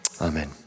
Amen